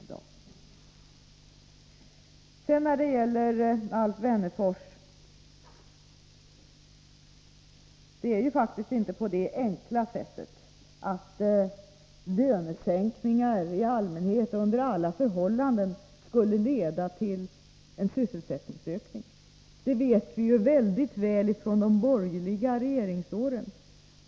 Till Alf Wennerfors vill jag säga att det faktiskt inte är så enkelt att lönesänkningar i allmänhet och under alla förhållanden leder till en sysselsättningsökning. Det fick vi veta inte minst under de borgerliga regeringsåren.